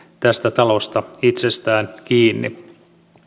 tästä talosta itsestään kiinni